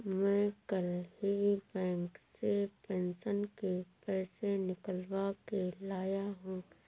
मैं कल ही बैंक से पेंशन के पैसे निकलवा के लाया हूँ